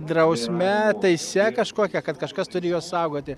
drausme teise kažkokia kad kažkas turi juos saugoti